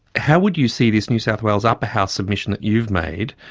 how would you see this new south wales upper house submission that you've made,